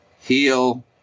heal